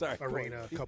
arena